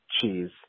Cheese